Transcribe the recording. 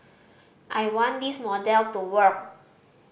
I want this model to work